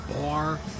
bar